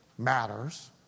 matters